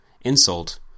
insult